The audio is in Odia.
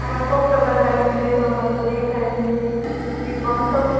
ଆପଣ କୋଉ ପ୍ରକାର ଶାଢ଼ୀ ନେବେ ସମ୍ବଲପୁରୀ ଫାନ୍ସି ସିଫନ୍ ସବୁ